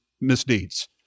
misdeeds